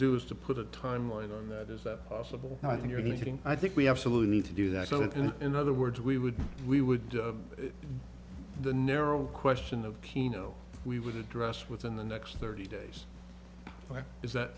do is to put a timeline on that is that possible and i think anything i think we absolutely need to do that so in other words we would we would do the narrow question of keno we would address within the next thirty days is that